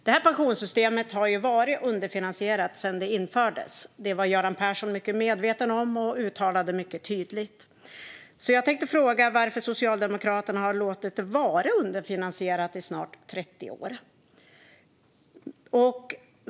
Det här pensionssystemet har ju varit underfinansierat sedan det infördes. Det var Göran Persson mycket medveten om, och han uttalade det mycket tydligt. Jag tänkte fråga varför Socialdemokraterna har låtit det vara underfinansierat i snart 30 år.